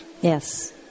yes